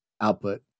output